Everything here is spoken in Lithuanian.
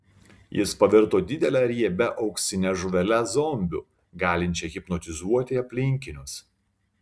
jis pavirto didele riebia auksine žuvele zombiu galinčia hipnotizuoti aplinkinius